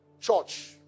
Church